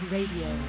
Radio